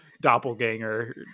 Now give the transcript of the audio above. doppelganger